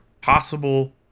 possible